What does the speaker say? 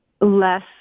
less